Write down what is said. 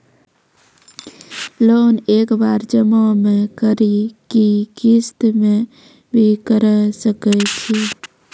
Loan एक बार जमा म करि कि किस्त मे भी करऽ सके छि?